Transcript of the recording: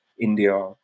India